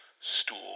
stool